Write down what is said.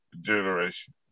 generation